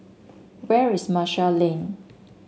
where is Marshall Lane